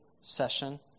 session